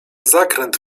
zakręt